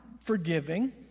forgiving